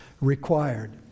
required